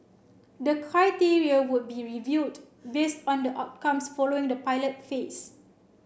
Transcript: the criteria would be reviewed based on the outcomes following the pilot phase